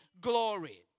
glory